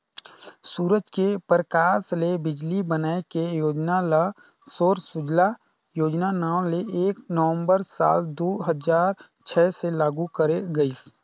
सूरज के परकास ले बिजली बनाए के योजना ल सौर सूजला योजना नांव ले एक नवंबर साल दू हजार छै से लागू करे गईस